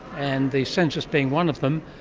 and the census being one of them,